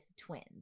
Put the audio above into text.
twins